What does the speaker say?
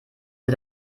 sie